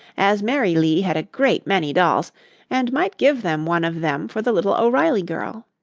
as mary lee had a great many dolls and might give them one of them for the little o'reilly girl.